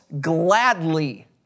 gladly